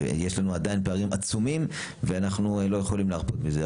יש לנו עדיין פערים עצומים ואנחנו לא יכולים להרפות מזה,